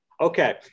Okay